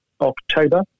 October